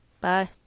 Bye